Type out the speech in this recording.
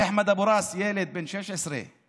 אחמד אבו ראס, ילד בן 16 מעילוט,